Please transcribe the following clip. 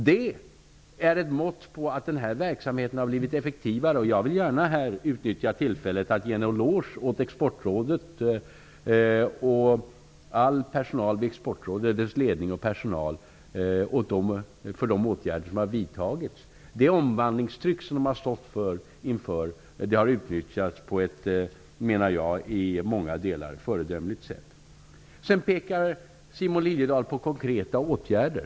Det är ett mått på att verksamheten har blivit effektivare. Jag vill gärna här utnyttja tillfället att ge en eloge åt Exportrådet, all personal där och dess ledning, för de åtgärder som har vidtagits. Det omvandlingstryck som de har stått inför har enligt min mening utnyttjats på ett i många delar föredömligt sätt. Sedan efterlyser Simon Liliedahl konkreta åtgärder.